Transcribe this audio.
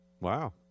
Wow